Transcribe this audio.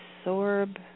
absorb